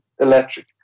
electric